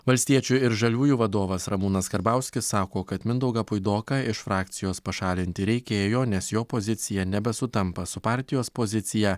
valstiečių ir žaliųjų vadovas ramūnas karbauskis sako kad mindaugą puidoką iš frakcijos pašalinti reikėjo nes jo pozicija nebesutampa su partijos pozicija